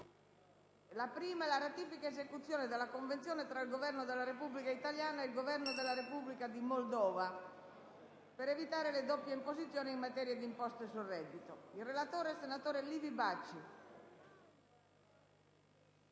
finestra") ***Ratifica ed esecuzione della Convenzione tra il Governo della Repubblica italiana e il Governo della Repubblica di Moldova per evitare le doppie imposizioni in materia di imposte sul reddito e sul patrimonio